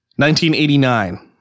1989